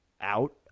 out